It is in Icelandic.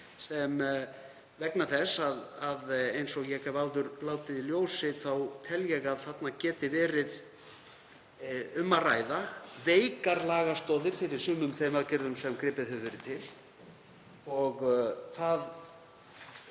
vegna þess að eins og ég hef áður látið í ljósi þá tel ég að þarna geti verið um að ræða veikar lagastoðir fyrir sumum þeim aðgerðum sem gripið hefur verið til. Ég hef